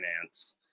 finance